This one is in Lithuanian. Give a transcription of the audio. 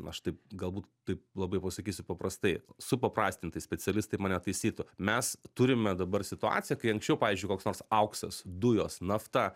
aš taip galbūt taip labai pasakysiu paprastai supaprastintai specialistai mane taisytų mes turime dabar situaciją kai anksčiau pavyzdžiui koks nors auksas dujos nafta